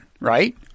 right